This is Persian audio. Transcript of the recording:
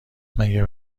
مگه